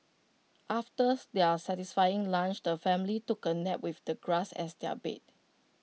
after their satisfying lunch the family took A nap with the grass as their bed